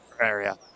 area